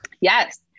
Yes